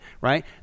right